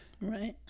Right